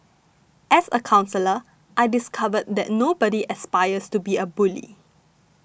as a counsellor I discovered that nobody aspires to be a bully